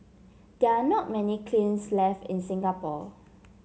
there are not many kilns left in Singapore